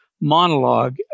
monologue